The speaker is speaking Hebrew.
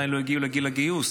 הם עדיין לא הגיעו לגיל הגיוס,